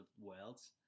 worlds